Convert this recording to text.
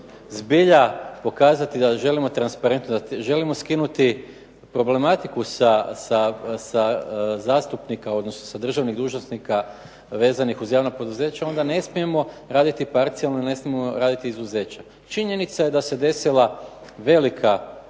transparentno, želimo skinuti problematiku sa zastupnika, odnosno sa državnih dužnosnika vezanih uz javna poduzeća onda ne smijemo raditi parcijalno i ne smijemo raditi izuzeća. Činjenica je da se desio veliki